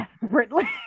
desperately